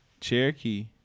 Cherokee